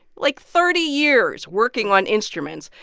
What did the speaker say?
like, thirty years working on instruments.